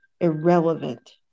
irrelevant